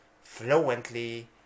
fluently